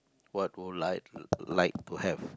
what will I like to have